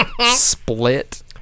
split